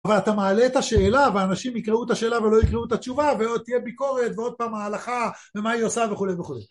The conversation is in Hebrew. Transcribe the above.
אבל אתה מעלה את השאלה ואנשים יקראו את השאלה ולא יקראו את התשובה ועוד תהיה ביקורת ועוד פעם ההלכה ומה היא עושה וכולי וכולי